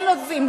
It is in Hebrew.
כן עוזבים,